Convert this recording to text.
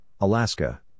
Alaska